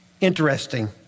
interesting